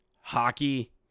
hockey